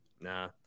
Nah